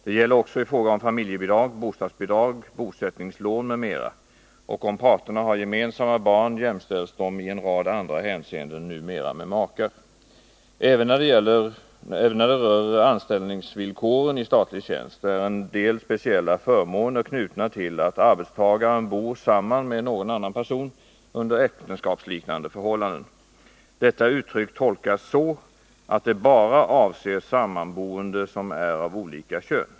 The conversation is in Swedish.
Det gäller också i fråga om familjebidrag, bostadsbidrag, bosättningslån m.m. Och om parterna har gemensamma barn jämställs de numera i en rad andra hänseenden med makar. Även när det rör anställningsvillkoren i statlig tjänst är en del speciella förmåner knutna till att arbetstagaren bor samman med någon annan person under äktenskapsliknande förhållanden. Detta uttryck tolkas så, att det bara avser sammanboende som är av olika kön.